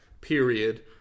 period